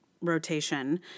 rotation